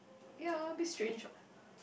ya a bit strange what